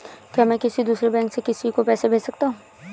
क्या मैं किसी दूसरे बैंक से किसी को पैसे भेज सकता हूँ?